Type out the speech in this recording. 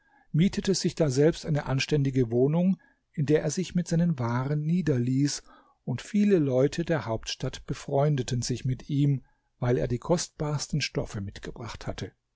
mietete sich daselbst eine anständige wohnung in der er sich mit seinen waren niederließ und viele leute der hauptstadt befreundeten sich mit ihm weil er die kostbarsten stoffe mitgebracht hatte